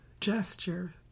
gesture